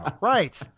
Right